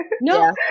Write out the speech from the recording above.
No